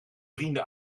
vrienden